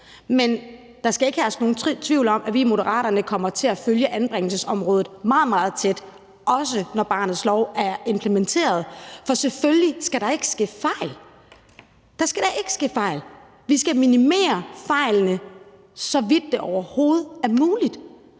Men der skal ikke herske nogen tvivl om, at vi i Moderaterne kommer til at følge anbringelsesområdet meget, meget tæt, også når barnets lov er implementeret, for selvfølgelig skal der ikke ske fejl. Der skal da ikke ske fejl. Vi skal minimere fejlene, så vidt det overhovedet er muligt.